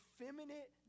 effeminate